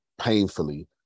painfully